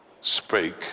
Spake